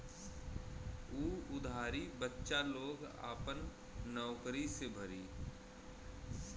उ उधारी बच्चा लोग आपन नउकरी से भरी